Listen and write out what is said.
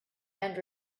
and